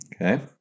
Okay